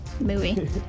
Movie